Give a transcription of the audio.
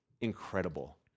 incredible